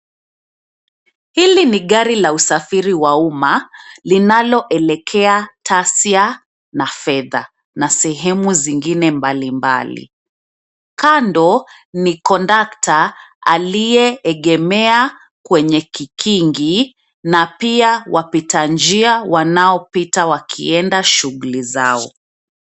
Hili ni gari la usafiri wa umma linaloelekea Tasia na Fedha na sehemu zingine mbalimbali. Kando ni kondakta aliyeegemea kwenye kikingi na pia wapita njia wanaopita wakienda shughuli zao.